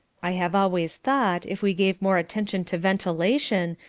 i have always thought, if we gave more attention to ventilation,